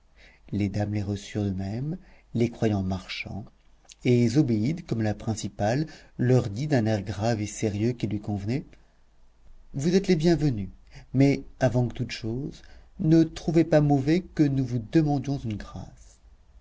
les dames les reçurent de même les croyant marchands et zobéide comme la principale leur dit d'un air grave et sérieux qui lui convenait vous êtes les bienvenus mais avant toutes choses ne trouvez pas mauvais que nous vous demandions une grâce